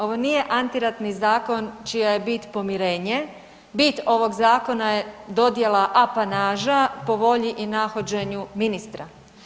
Ovo nije antiratni zakon čija je bit pomirenje, bit ovog zakona je dodjela apanaža po volji i nahođenju ministra.